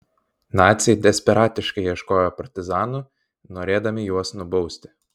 naciai desperatiškai ieškojo partizanų norėdami juos nubausti